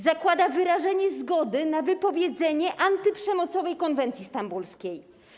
Zakłada wyrażenie zgody na wypowiedzenie antyprzemocowej konwencji stambulskiej.